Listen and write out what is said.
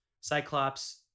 Cyclops